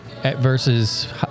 Versus